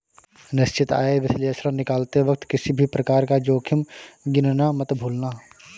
निश्चित आय विश्लेषण निकालते वक्त किसी भी प्रकार का जोखिम गिनना मत भूलना